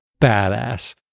badass